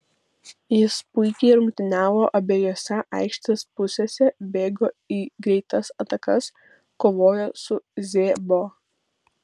jis puikiai rungtyniavo abejose aikštės pusėse bėgo į greitas atakas kovojo su z bo